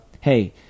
hey